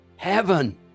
Heaven